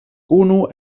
unu